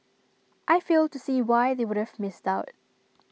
I fail to see why they would have missed out